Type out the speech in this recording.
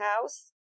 house